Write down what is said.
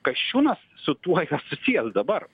kasčiūnas su tuo susijęs dabar